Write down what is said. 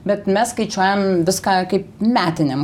bet mes skaičiuojam viską kaip metiniam